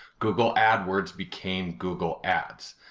google adwords became google ads.